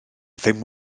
ddim